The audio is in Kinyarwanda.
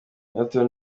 elton